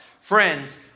Friends